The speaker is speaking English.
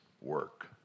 work